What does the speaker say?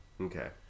Okay